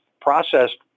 processed